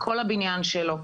כל הבניין שלו.